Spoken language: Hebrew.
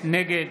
נגד